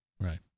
Right